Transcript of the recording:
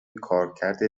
کارکرد